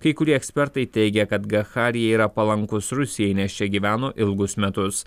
kai kurie ekspertai teigia kad gacharija yra palankus rusijai nes čia gyveno ilgus metus